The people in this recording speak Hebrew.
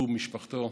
הוא ומשפחתו,